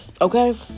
okay